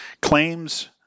claims